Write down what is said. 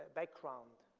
background.